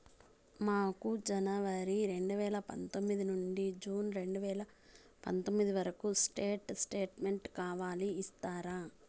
మాకు జనవరి రెండు వేల పందొమ్మిది నుండి జూన్ రెండు వేల పందొమ్మిది వరకు స్టేట్ స్టేట్మెంట్ కావాలి ఇస్తారా